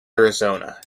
arizona